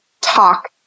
talk